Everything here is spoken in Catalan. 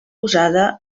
usada